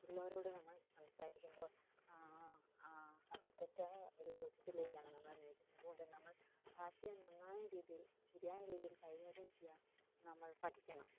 മറ്റുള്ളവരോട് നമ്മൾ സംസാരിക്കുമ്പോൾ അതു തെറ്റായ ഒരു ബോധ്യത്തിലേക്കാണ് നമ്മളെ നയിക്കുന്നത് അതുകൊണ്ട് നമ്മൾ ഭാഷയെ നന്നായ രീതിയിൽ ശരിയായ രീതിയിൽ കൈകാര്യം ചെയ്യാൻ നമ്മൾ പഠിക്കണം